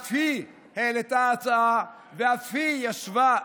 שאף היא העלתה הצעה ואף היא ישבה --- נו.